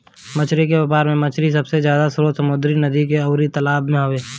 मछली के व्यापार में मछरी के सबसे बड़ स्रोत समुंद्र, नदी अउरी तालाब हवे